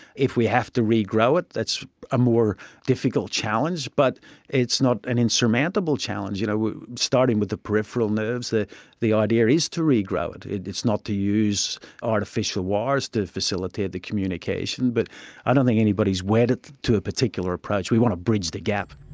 if we have to regrow it, that's a more difficult challenge but it's not an insurmountable challenge. you know starting with the peripheral nerves, the the idea is to regrow it. it's not to use artificial wires to facilitate the communication. but i don't think anybody is wedded to a particular approach, we want to bridge the gap.